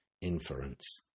inference